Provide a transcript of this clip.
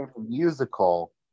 musical